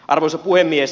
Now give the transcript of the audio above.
arvoisa puhemies